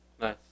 Nice